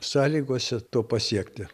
sąlygose to pasiekti